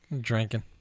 Drinking